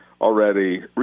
already